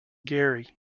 garry